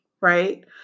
Right